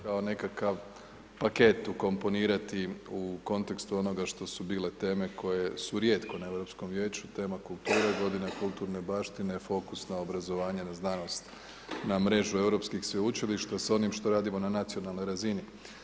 kao nekakav paket ukomponirati u kontekstu onoga što su bile teme, koje su rijetko na Europskom vijeću, tema kulture, godina kulturne baštine i fokus na obrazovanje, na znanosti, na mrežu europskih sveučilišta, s onim što radimo na nacionalnoj razini.